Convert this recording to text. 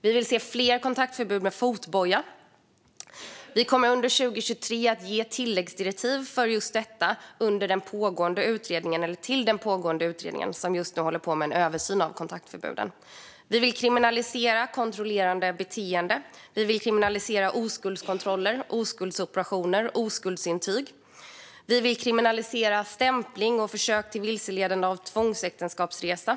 Vi vill se fler kontaktförbud med fotboja. Vi kommer under 2023 att ge ett tilläggsdirektiv om just det till den pågående utredningen, som just nu håller på med en översyn av kontaktförbuden. Vi vill kriminalisera kontrollerande beteende. Vi vill kriminalisera oskuldskontroller, oskuldsoperationer och oskuldsintyg. Vi vill kriminalisera stämpling och försök till vilseledande till tvångsäktenskapsresa.